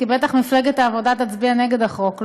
כי בטח מפלגת העבודה תצביע נגד החוק,